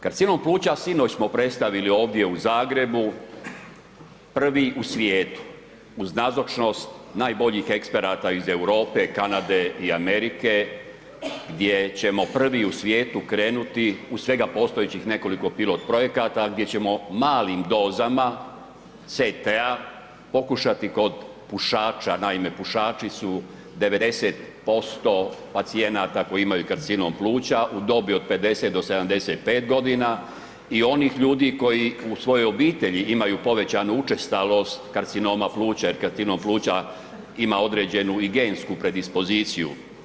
Karcinom pluća, sinoć smo predstavili ovdje u Zagrebu, prvi u svijetu uz nazočnost najboljih eksperata iz Europe, Kanade i Amerike gdje ćemo prvi u svijetu krenuti, uz svega postojećih nekoliko pilot-projekata gdje ćemo malim dozama CT-a pokušati kod pušača, naime, pušaći su 90% pacijenata koji imaju karcinom pluća od dobi od 50-75 g. i onih ljudi koji u svojoj obitelji imaju povećanu učestalost karcinoma pluća jer karcinom pluća ima određenu i gensku predispoziciju.